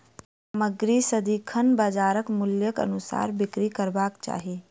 सामग्री सदिखन बजार मूल्यक अनुसार बिक्री करबाक चाही